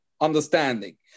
understanding